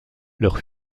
leur